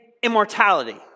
immortality